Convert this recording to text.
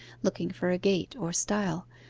looking for a gate or stile,